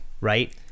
Right